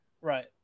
Right